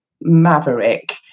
maverick